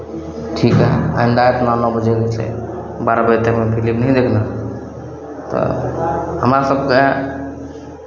ठीक है आइन्दा इसमे ने बजेसँ बारह बजे तकमे फिलिम नहीं देखना तऽ हमरा सभ तेँ